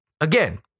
Again